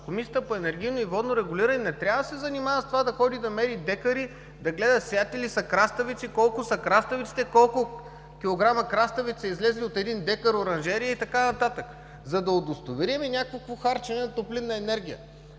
Комисията по енергийно и водно регулиране не трябва да се занимава с това да ходи и да мери декари, да гледа сяти ли са краставици, колко са краставиците, колко килограма краставици са излезли от един декар оранжерии и така нататък, за да удостоверим някакво харчене на топлинна енергия.